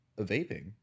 vaping